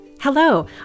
Hello